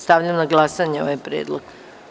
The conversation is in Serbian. Stavljam na glasanje ovaj predlog.